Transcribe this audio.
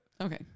Okay